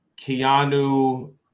Keanu